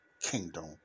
kingdom